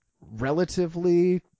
relatively